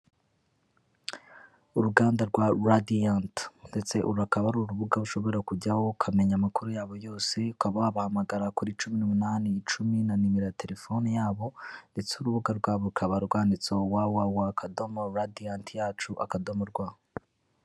Uruganda rwa Radiant ndetse uru akaba ari urubuga ushobora kujyaho ukamenya amakuru yabo yose ukaba wabahamagara kuri cumi n'umunani, icumi na numero ya telefone yabo, ndetse urubuga rwabo rukaba rwanditseho www.radiant yacu rw.